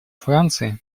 франции